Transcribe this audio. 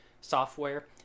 software